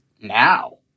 now